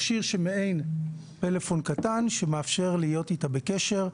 מכשיר שמעין פלאפון קטן, שמאפשר להיות איתה בקשר.